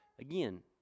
again